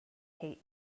hate